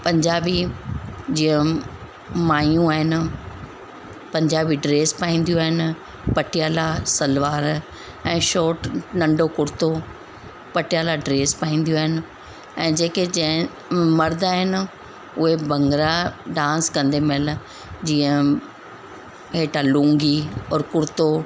पंजाबी जीअं माइयूं आहिनि पंजाबी ड्रेस पाईंदियूं आहिनि पटियाला सलवार ऐं शोट नंढो कुर्तो पटियाला ड्रेस पाईंदियूं आहिनि ऐं जेके जैन मर्द आहिनि उए भंगरा डांस कंदे महिल जीअं हेठा लूंगी और कुर्तो